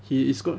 he is good